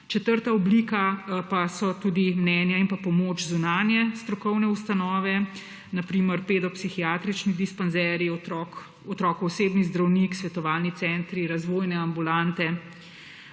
Četrta oblika pa so tudi mnenja in pomoč zunanje strokovne ustanove, na primer pedopsihiatrični dispanzerji, otrokov osebni zdravnik, svetovalni centri, razvojne ambulante,